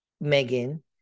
Megan